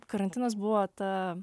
karantinas buvo ta